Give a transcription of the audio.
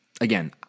again